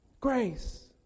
Grace